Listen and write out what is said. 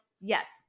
yes